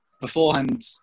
beforehand